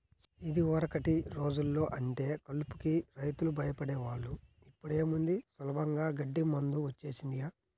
యిదివరకటి రోజుల్లో అంటే కలుపుకి రైతులు భయపడే వాళ్ళు, ఇప్పుడేముంది సులభంగా గడ్డి మందు వచ్చేసిందిగా